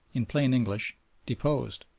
in plain english deposed.